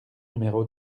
numéro